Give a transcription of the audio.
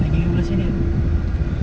lagi lima belas minit ni